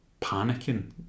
panicking